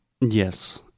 Yes